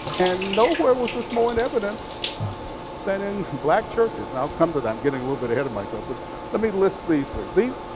and nowhere was this more in evidence than in black churches. and i'll come that. i'm getting a little bit ahead of myself. but let me list these three.